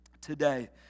today